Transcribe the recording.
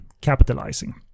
capitalizing